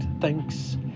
thanks